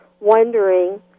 wondering